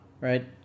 right